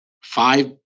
five